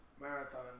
marathon